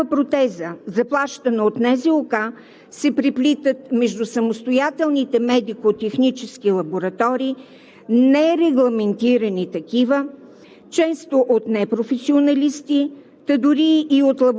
Истина е, че при изработване на такава протеза, заплащана от НЗОК, се преплитат пътищата между самостоятелните медико-технически лаборатории, нерегламентирани такива,